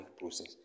process